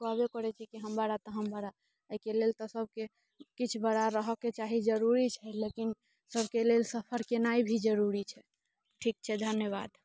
कहबे करैत छै कि हम बड़ा तऽ हम बड़ा एहिके लेल तऽ सबके किछु बड़ा रहऽ के चाही जरुरी छै लेकिन सबके लेल सफर केनाइ भी जरुरी छै ठीक छै धन्यवाद